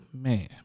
man